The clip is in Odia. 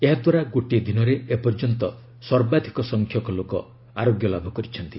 ଏହା ଦ୍ୱାରା ଗୋଟିଏ ଦିନରେ ଏପର୍ଯ୍ୟନ୍ତ ସର୍ବାଧିକ ସଂଖ୍ୟକ ଲୋକ ଆରୋଗ୍ୟ ଲାଭ କରିଛନ୍ତି